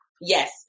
Yes